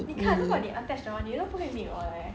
你看如果你 attach 的话你都不会 meet 我的 leh